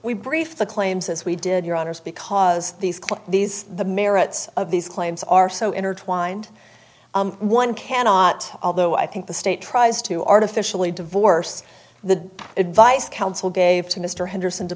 we brief the claims as we did your honors because these call these the merits of these claims are so intertwined one cannot although i think the state tries to artificially divorce the advice counsel gave to mr henderson to